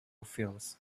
veils